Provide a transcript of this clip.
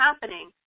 happening